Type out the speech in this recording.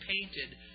painted